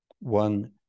one